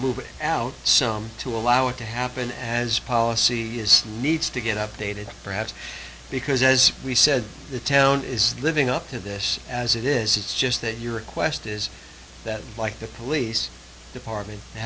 it out some to allow it to happen as policy is needs to get updated perhaps because as we said the town is living up to this as it is it's just that your request is that like the police department they